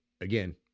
Again